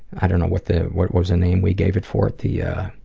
i don't know what the, what was the name we gave it for it, the ah,